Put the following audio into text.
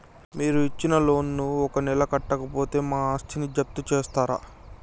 మీరు ఇచ్చిన లోన్ ను ఒక నెల కట్టకపోతే మా ఆస్తిని జప్తు చేస్తరా?